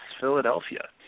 Philadelphia